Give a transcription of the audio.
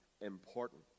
important